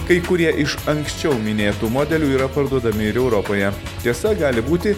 kai kurie iš anksčiau minėtų modelių yra parduodami ir europoje tiesa gali būti